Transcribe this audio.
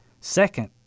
Second